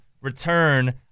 Return